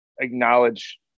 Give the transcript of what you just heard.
acknowledge